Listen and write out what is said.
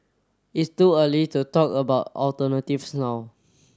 it's too early to talk about alternatives now